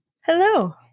Hello